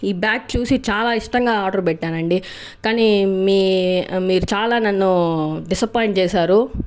ఈ బ్యాగ్ చూసి చాలా ఇష్టంగా ఆర్డర్ పెట్టాను అండి కానీ మీ మీరు చాలా నన్ను డిసప్పోయింట్ చేసారు